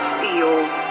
feels